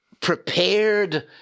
prepared